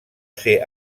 ser